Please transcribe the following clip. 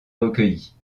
recueillies